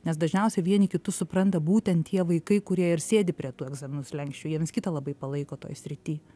nes dažniausiai vieni kitus supranta būtent tie vaikai kurie ir sėdi prie tų egzaminų slenksčio jie viens kitą labai palaiko toj srity